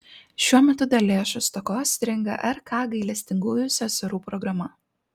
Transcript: šiuo metu dėl lėšų stokos stringa rk gailestingųjų seserų programa